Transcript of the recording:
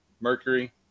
Mercury